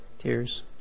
tears